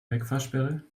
wegfahrsperre